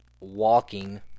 walking